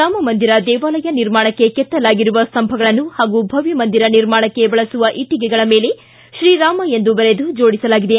ರಾಮಮಂದಿರ ದೇವಾಲಯ ನಿರ್ಮಾಣಕ್ಕೆ ಕೆತ್ತಲಾಗಿರುವ ಸ್ತಂಭಗಳನ್ನು ಪಾಗೂ ಭವ್ನ ಮಂದಿರ ನಿರ್ಮಾಣಕ್ಕೆ ಬಳಸುವ ಇಟ್ಟಿಗೆಗಳ ಮೇಲೆ ಶ್ರೀರಾಮ ಎಂದು ಬರೆದು ಜೋಡಿಸಲಾಗಿದೆ